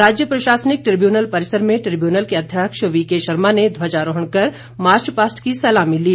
राज्य प्रशासनिक ट्रिब्यूनल परिसर में ट्रिब्यूनल के अध्यक्ष वी के शर्मा ने ध्वजारोहण कर मार्च पास्ट की सलामी ली